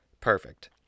perfect